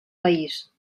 país